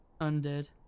Undead